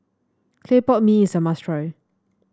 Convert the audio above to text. Clay Pot Mee is a must try